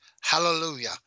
Hallelujah